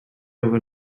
over